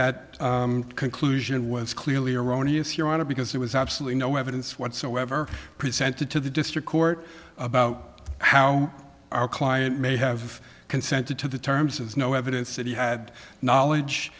that conclusion was clearly erroneous you want to because there was absolutely no evidence whatsoever presented to the district court about how our client may have consented to the terms as no evidence that he had knowledge